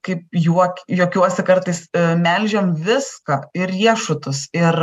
kaip juok juokiuosi kartais melžiam viską ir riešutus ir